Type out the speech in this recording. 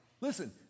Listen